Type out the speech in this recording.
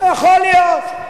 יכול להיות.